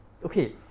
Okay